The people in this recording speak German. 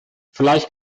vielleicht